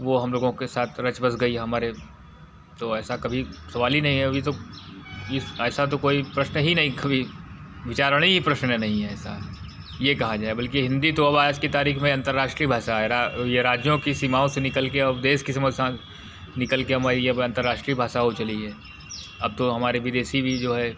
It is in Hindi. वो हम लोगों के साथ रच बस गई हमारे तो ऐसा कभी सवाल ही नहीं है अभी तो इस ऐसा तो कोई प्रश्न ही नहीं कभी विचारणीय प्रश्न नहीं है ऐसा ये कहा जाए बल्कि हिंदी तो अब आज की तारीख में अंतर्राष्ट्रीय भाषा है रा ये राज्यों की सीमाओं से निकल के अब देस की सीमाओं क निकल के हमारी अब ये अंतर्राष्ट्रीय भाषा हो चली है अब तो हमारे विदेशी भी जो हैं